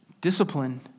Discipline